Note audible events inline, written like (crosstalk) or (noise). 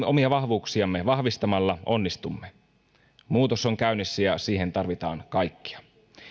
(unintelligible) omia vahvuuksiamme vahvistamalla onnistumme muutos on käynnissä ja siihen tarvitaan kaikkia